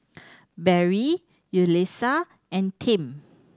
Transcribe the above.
Barry Yulissa and Tim